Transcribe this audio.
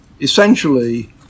Essentially